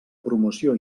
promoció